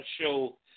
show